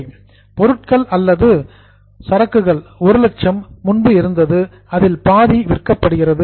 merchandise பொருட்கள் அல்லது inventory சரக்குகள் 100000 முன்பு இருந்தது அதில் பாதி விற்கப்படுகிறது